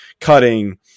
cutting